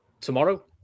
tomorrow